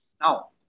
Now